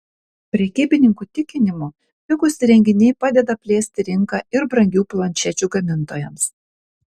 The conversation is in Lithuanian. prekybininkų tikinimu pigūs įrenginiai padeda plėsti rinką ir brangių planšečių gamintojams